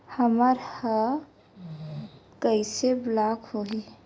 हमर ह कइसे ब्लॉक होही?